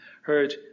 heard